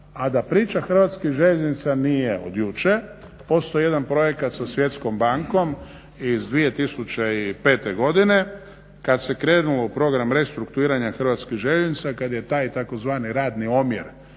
A da priča Hrvatskih željeznica nije od jučer postoji jedan projekt sa Svjetskom bankom iz 2005.godine kada se krenulo u program restrukturiranja Hrvatskih željeznica kada je taj tzv. radni omjer